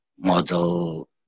model